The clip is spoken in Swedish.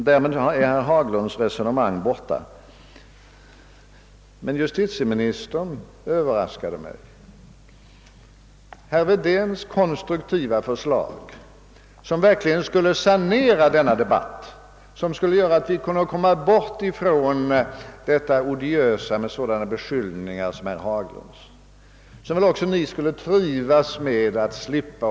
Därmed är herr Haglunds resonemang borta. Justitieministern överraskade mig verkligen. Herr Wedéns konstruktiva förslag — som verkligen skulle sanera denna debatt och göra att vi slapp ifrån odiösa beskyllningar av det slag som herr Haglund har givit prov på — skulle rensa den demokratiska debatten.